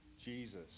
Jesus